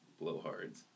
blowhards